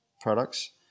products